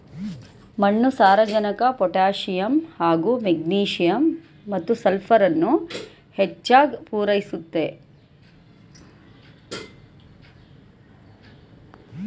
ಮಣ್ಣು ಸಾರಜನಕ ಪೊಟ್ಯಾಸಿಯಮ್ ಹಾಗೂ ಮೆಗ್ನೀಸಿಯಮ್ ಮತ್ತು ಸಲ್ಫರನ್ನು ಹೆಚ್ಚಾಗ್ ಪೂರೈಸುತ್ತೆ